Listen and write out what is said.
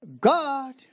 God